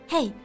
Hey